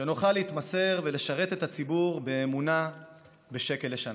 שנוכל להתמסר ולשרת את הציבור באמונה בשקל לשנה.